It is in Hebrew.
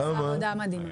נכון, שעשה עבודה מדהימה.